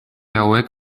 hauek